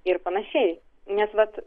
ir panašiai nes vat